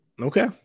Okay